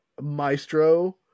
Maestro